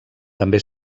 també